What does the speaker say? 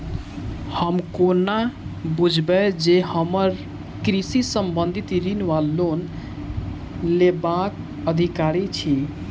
हम कोना बुझबै जे हम कृषि संबंधित ऋण वा लोन लेबाक अधिकारी छी?